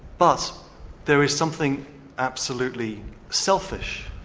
but there is something absolutely selfish,